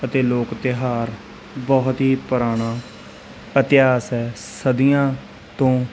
ਅਤੇ ਲੋਕ ਤਿਉਹਾਰ ਬਹੁਤ ਹੀ ਪੁਰਾਣਾ ਇਤਿਹਾਸ ਹੈ ਸਦੀਆਂ ਤੋਂ